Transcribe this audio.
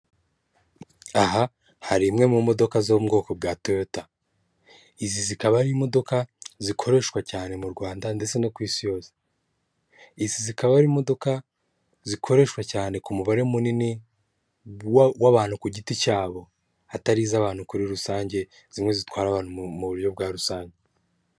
Aha hari imwe mu modoka zo mu bwoko bwa toyota, izi zikaba ari imodoka zikoreshwa cyane mu Rwanda ndetse no ku isi yose, izi zikaba ari imodoka zikoreshwa cyane ku mubare munini w'abantu ku giti cyabo, atari iz'abantu muri rusange zimwe zitwara abantu mu buryo bwa rusange.